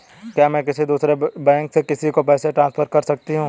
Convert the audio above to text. क्या मैं किसी दूसरे बैंक से किसी को पैसे ट्रांसफर कर सकती हूँ?